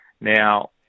Now